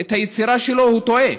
את היצירה שלו, הוא טועה.